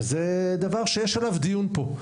זהו דבר שיש עליו דיון פה,